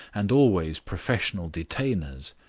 and always professional detainers.